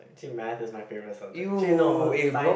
actually math is my favourite subject actually no er science